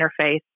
interface